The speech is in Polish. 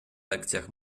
lekcjach